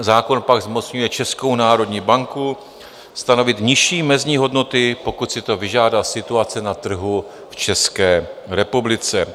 Zákon pak zmocňuje Českou národní banku stanovit nižší mezní hodnoty, pokud si to vyžádá situace na trhu v České republice.